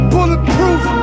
Bulletproof